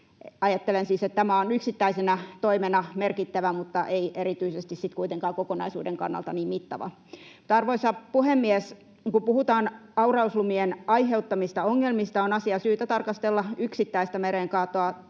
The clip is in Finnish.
Ajattelen siis, että tämä on yksittäisenä toimena merkittävä, mutta ei erityisesti sitten kuitenkaan kokonaisuuden kannalta niin mittava. Arvoisa puhemies! Kun puhutaan aurauslumien aiheuttamista ongelmista, on asiaa syytä tarkastella yksittäistä mereen kaatoa